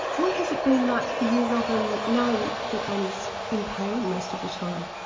what has it been like for you robyn knowing that annie's in pain most of the time?